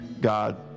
God